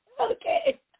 Okay